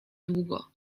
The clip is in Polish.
długo